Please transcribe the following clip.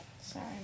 Sorry